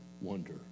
wonder